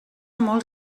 molts